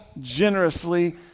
generously